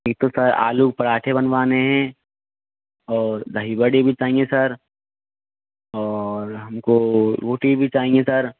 एक तो सर आलू पराठे बनवाने हैं और दही बड़े भी चाहिए सर और हमको रोटी भी चाहिए सर